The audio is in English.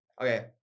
okay